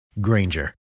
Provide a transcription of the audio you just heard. Granger